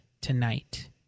tonight